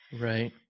Right